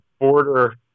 border